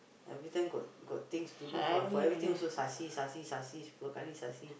every time got got things to do for everything also Sasi Sasi Sasi Sasi